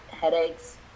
Headaches